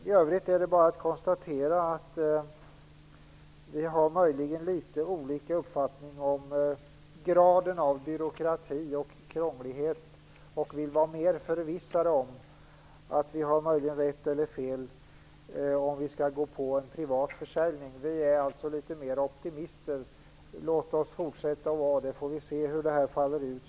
I övrigt är det bara att konstatera att det möjligen finns litet olika uppfattning om graden av byråkrati och krånglighet. Vi vill vara mer förvissade - vi må har rätt eller fel - i fråga om huruvida vi skall gå på förslaget om en privat försäljning. Vi är alltså litet mer optimistiska. Låt oss fortsätta att vara det, så får vi se hur det hela faller ut.